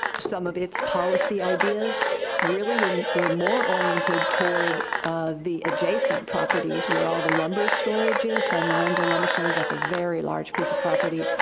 some of its policy ideas really were were more oriented toward the adjacent properties, where all the lumber storage is, san lorenzo lumber storage, that's a very large piece of property,